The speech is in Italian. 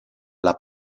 alla